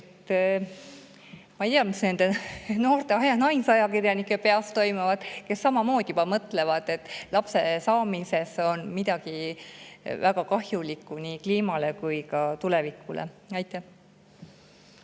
Ma ei tea, mis nende noorte naisajakirjanike peas toimub, kes juba samamoodi mõtlevad, et lapse saamine on midagi väga kahjulikku nii kliimale kui ka tulevikule. Aitäh